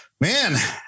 Man